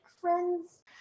friends